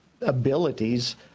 abilities